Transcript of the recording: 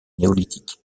néolithique